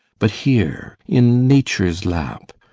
but here, in nature's lap.